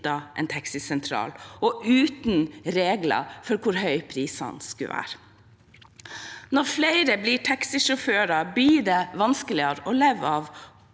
en taxisentral og uten regler for hvor høye prisene skulle være. Når flere blir taxisjåfører, blir det vanskeligere å leve av